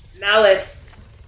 malice